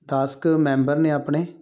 ਦਸ ਕੁ ਮੈਂਬਰ ਨੇ ਆਪਣੇ